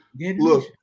Look